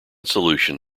solution